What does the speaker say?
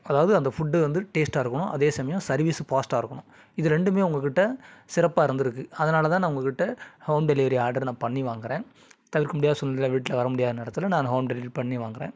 அதாவது அந்த ஃபுட்டு வந்து டேஸ்ட்டாக இருக்கணும் அதே சமயம் சர்வீஸ்ஸு ஃபாஸ்ட்டாக இருக்கணும் இது ரெண்டுமே உங்கக்கிட்ட சிறப்பாக இருந்திருக்கு அதனால் தான் நான் உங்கக்கிட்ட ஹோம் டெலிவரி ஆர்டர் நான் பண்ணி வாங்குகிறேன் தவிர்க்க முடியாத சூழ்நிலைல வீட்டில வரமுடியாத நேரத்தில் நான் ஹோம் டெலிவரி பண்ணி வாங்குகிறேன்